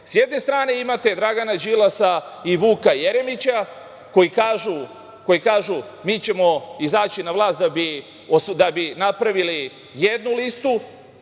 kažem restlovi DS, Dragana Đilasa i Vuka Jeremića koji kažu – mi ćemo izaći na vlast da bi napravili jednu listu,